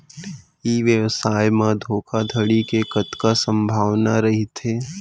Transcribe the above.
ई व्यवसाय म धोका धड़ी के कतका संभावना रहिथे?